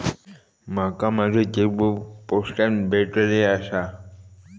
माका माझो चेकबुक पोस्टाने भेटले आसा